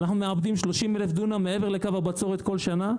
אנחנו מעבדים 30,000 דונם מעבר לקו הבצורת כל שנה,